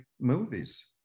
movies